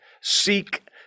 seek